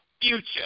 future